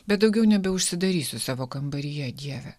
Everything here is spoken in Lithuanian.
bet daugiau nebeužsidarys su savo kambaryje dieve